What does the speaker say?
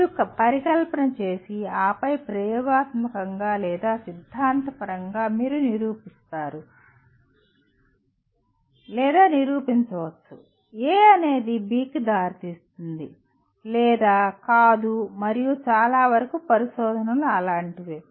మీరు పరికల్పన చేసి ఆపై ప్రయోగాత్మకంగా లేదా సిద్ధాంతపరంగా మీరు నిరూపిస్తారు లేదా నిరూపించవచ్చు A అనేది B కి దారితీస్తుంది లేదా కాదు మరియు చాలా వరకు పరిశోధనలు అలాంటివే